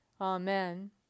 Amen